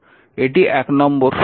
এটি নম্বর সমীকরণ